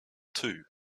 two